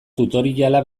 tutoriala